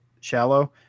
shallow